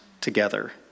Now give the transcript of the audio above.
together